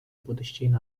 будущего